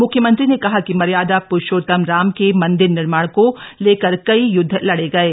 मुख्यमंत्री ने कहा कि मर्यादा प्रूषोतम राम के मन्दिर निर्माण को लेकर कई यूदध लड़े गये